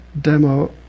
demo